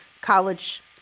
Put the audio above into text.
college